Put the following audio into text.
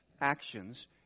actions